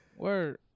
Word